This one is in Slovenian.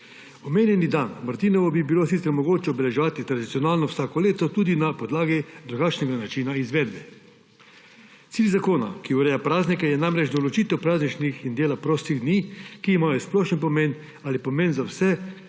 Omenjeni dan, martinovo, bi bilo čisto mogoče obeleževati tradicionalno vsako leto tudi na podlagi drugačnega načina izvedbe. Cilj zakona, ki ureja praznike, je namreč določitev prazničnih in dela prostih dni, ki imajo splošen pomen ali pomen za vse